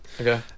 Okay